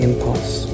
Impulse